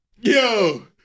Yo